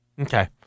Okay